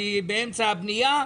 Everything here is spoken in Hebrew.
אני באמצע הבנייה,